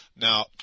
now